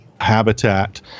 habitat